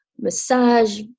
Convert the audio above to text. massage